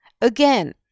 Again